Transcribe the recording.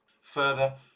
Further